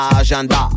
agenda